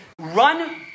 run